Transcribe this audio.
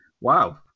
wow